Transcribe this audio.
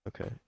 Okay